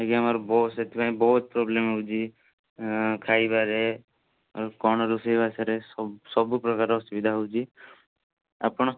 ଆଜ୍ଞା ମୋର ବହୁତ ସେଥିପାଇଁ ବହୁତ ପ୍ରୋବ୍ଲେମ ହେଉଛି ଖାଇବାରେ ଆଉ କ'ଣ ରୋଷେଇବାସରେ ସବୁପ୍ରକାର ଅସୁବିଧା ହେଉଛି ଆପଣ